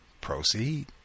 proceed